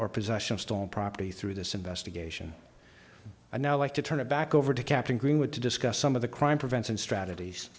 or possession of stolen property through this investigation i now like to turn it back over to captain greenwood to discuss some of the crime prevention strategies